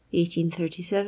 1837